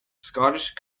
scottish